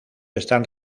están